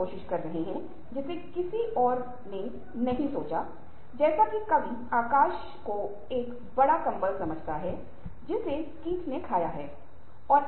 पहली बात यह है कि मूल शैलियों की प्राथमिकताए को निर्धारित करें